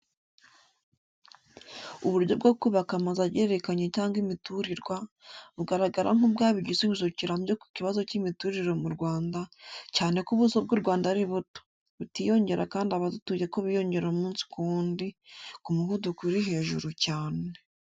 Uburyo bwo kubaka amazu agerekeranye cyangwa imiturirwa, bugaragara nk'ubwaba igisubizo kirambye ku kibazo cy'imiturire mu Rwanda, cyane ko ubuso bw'u Rwanda ari buto, butiyongera kandi abarutuye bo biyongera umunsi ku wundi, ku muvuduko uri hejuru cyane.